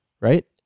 right